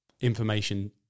information